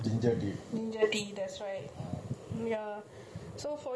ya so for you you should go for chamomile tea